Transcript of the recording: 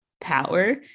power